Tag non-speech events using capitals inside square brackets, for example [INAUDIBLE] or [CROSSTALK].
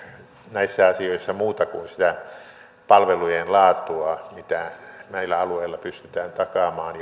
näissä asioissa muuta kuin sitä palvelujen laatua mitä näillä alueilla pystytään takaamaan [UNINTELLIGIBLE]